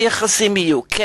כן,